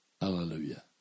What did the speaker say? Hallelujah